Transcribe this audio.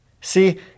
See